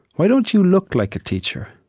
why don't you look like a teacher?